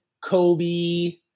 Kobe